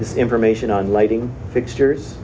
this information on lighting fixtures